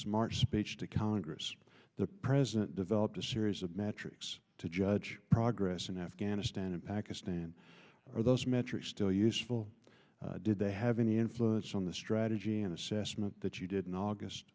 march speech to congress the president developed a series of metrics to judge progress in afghanistan and pakistan are those metrics still useful did they have any influence on the strategy and assessment that you did in august